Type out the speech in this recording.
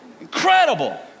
incredible